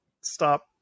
Stop